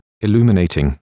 illuminating